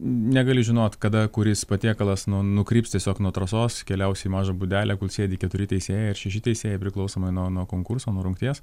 negali žinot kada kuris patiekalas nuo nukryps tiesiog nuo trasos keliaus į mažą būdelę kur sėdi keturi teisėjai ar šeši teisėjai priklausomai nuo nuo konkurso nuo rungties